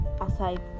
aside